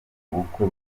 ubukwe